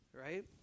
right